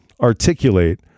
articulate